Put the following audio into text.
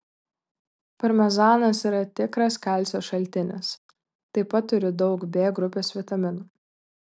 parmezanas yra tikras kalcio šaltinis taip pat turi daug b grupės vitaminų